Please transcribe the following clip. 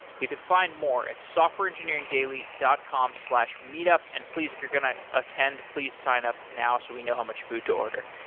you could find more at softwareengineeringdaily dot com meet-up. and please, if you're going to attend, please sign up now, so we know how much food to order.